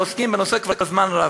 העוסקים בנושא כבר זמן רב.